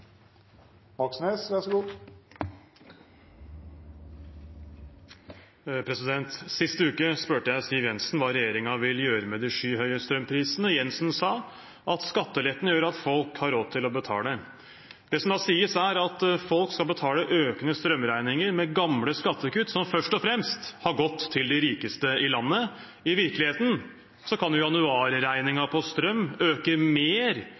uke spurte jeg Siv Jensen hva regjeringen vil gjøre med de skyhøye strømprisene. Jensen sa at skatteletten gjør at folk har råd til å betale. Det som da sies, er at folk skal betale økende strømregninger med gamle skattekutt som først og fremst har gått til de rikeste i landet. I virkeligheten kan januar-regningen på strøm øke mer